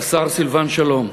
השר סילבן שלום,